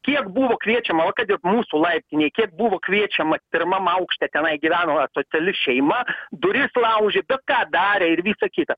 kiek buvo kviečiama va kad ir mūsų laiptinėj kiek buvo kviečiama pirmam aukšte tenai gyveno asociali šeima duris laužė bet ką darė ir visa kita